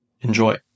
Enjoy